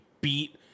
beat